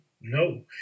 no